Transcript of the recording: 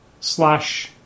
Slash